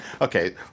okay